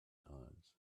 eyes